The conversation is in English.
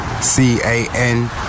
C-A-N